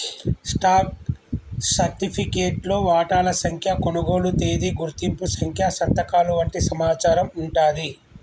stock సర్టిఫికేట్లో వాటాల సంఖ్య, కొనుగోలు తేదీ, గుర్తింపు సంఖ్య సంతకాలు వంటి సమాచారం వుంటాంది